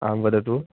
आं वदतु